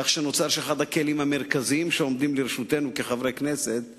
כך שנוצר מצב שאחד הכלים המרכזיים שעומדים לרשותנו כחברי הכנסת מתמוסס,